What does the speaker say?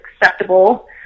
acceptable